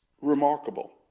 remarkable